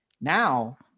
now